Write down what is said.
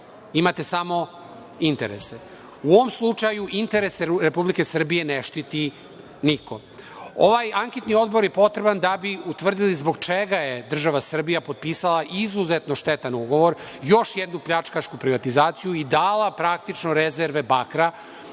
imate smo interese. U ovom slučaju interese Republike Srbije ne štiti niko. Ovaj anketni odbor je potreban da bi utvrdili zbog čega je država Srbija potpisala izuzetno štetan ugovor, još jednu pljačkašku privatizaciju i dala praktično rezerve bakra